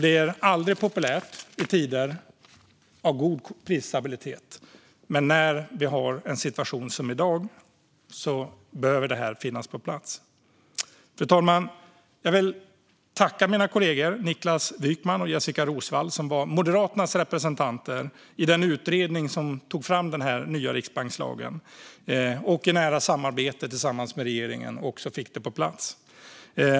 Det är aldrig populärt i tider av god prisstabilitet, men när vi har en situation som den vi har i dag behöver detta finnas på plats. Fru talman! Jag vill tacka mina kollegor Niklas Wykman och Jessika Roswall, som var Moderaternas representanter i den utredning som tog fram den nya riksbankslagen och som i nära samarbete med regeringen fick detta på plats.